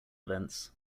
events